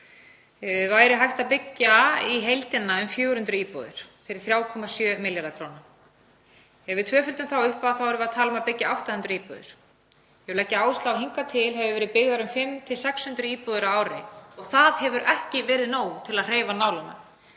ár væri hægt að byggja í heildina um 400 íbúðir fyrir 3,7 milljarða kr. Ef við tvöföldum þá upphæð erum við að tala um að byggja 800 íbúðir. Ég vil leggja áherslu á að hingað til hafa verið byggðar um 500–600 íbúðir á ári og það hefur ekki verið nóg til að hreyfa nálina.